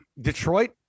Detroit